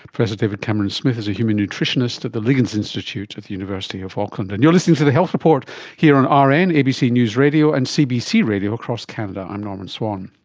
professor david cameron-smith is a human nutritionist at the liggins institute at the university of auckland. and you're listening to the health report here on rn, and abc news radio and cbc radio across canada. i'm norman swan.